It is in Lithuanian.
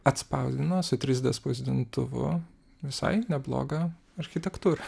atspausdino su trys d spausdintuvu visai neblogą architektūrą